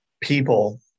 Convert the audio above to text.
people